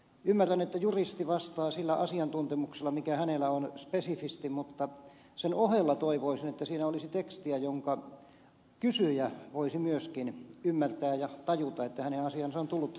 ymmärrän että juristi vastaa sillä asiantuntemuksella mikä hänellä on spesifisti mutta sen ohella toivoisin että siinä olisi tekstiä jonka kysyjä voisi myöskin ymmärtää ja tajuta että hänen asiansa on tullut esille